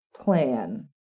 plan